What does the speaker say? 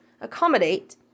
accommodate